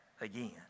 again